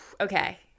Okay